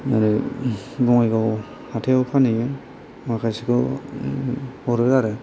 आरो बङाइगाव हाथाइआव फानहैयो माखासेखौ हरो आरो